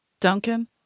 Duncan